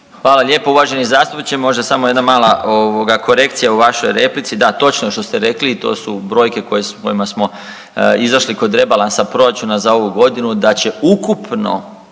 Hvala lijepo uvaženi zastupniče. Možda samo jedna mala ovoga korekcija u vašoj replici. Da točno je što ste rekli i to su brojke s kojima smo izašli kod Rebalansa proračuna za ovu godinu da će ukupno